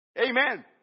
Amen